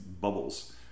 bubbles